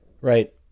right